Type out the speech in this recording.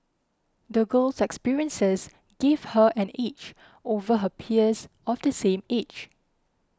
the girl's experiences give her an edge over her peers of the same age